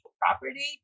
property